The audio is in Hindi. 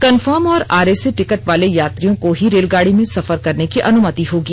कंफर्म और आरएसी टिकट वाले यात्रियों को ही रेलगाड़ी में सफर करने की अनुमति होगी